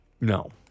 No